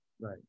right